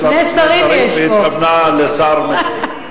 יש לנו שני שרים והיא התכוונה לשר מתן.